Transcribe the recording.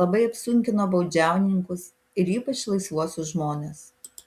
labai apsunkino baudžiauninkus ir ypač laisvuosius žmones